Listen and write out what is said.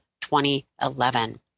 2011